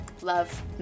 Love